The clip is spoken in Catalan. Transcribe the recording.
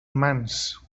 mans